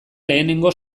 lehenengo